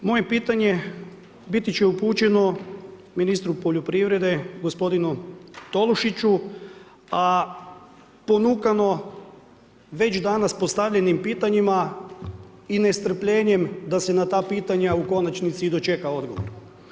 Moje pitanje biti će upućeno ministru poljoprivrede gospodinu Tolušiću a ponukano već danas postavljenim pitanjima i nestrpljenjem da se na ta pitanja u konačnici i dočeka odgovor.